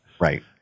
Right